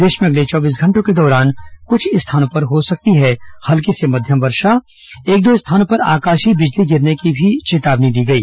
प्रदेश में अगले चौबीस घंटों के दौरान कुछ स्थानों पर हो सकती है हल्की से मध्यम वर्षा एक दो स्थानों पर आकाशीय बिजली गिरने की भी चेतावनी दी गई